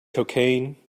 cocaine